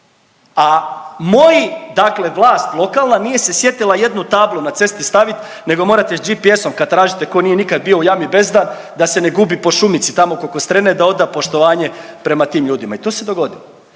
dakle vlast lokalna nije se sjetila jednu tablu na cesti stavit nego morate s GPS-om kad tražite tko nije nikada bio u Jami Bezdan da se ne gubi po šumici tamo kod Kostrene da oda poštovanje prema tim ljudima i to se dogodilo.